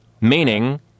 meaning